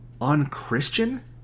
unchristian